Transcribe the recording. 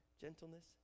gentleness